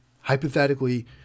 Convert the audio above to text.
hypothetically